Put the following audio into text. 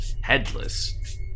headless